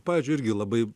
pavyzdžiui irgi labai